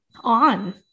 On